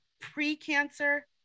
pre-cancer